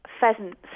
pheasants